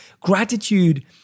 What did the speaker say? gratitude